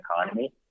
economy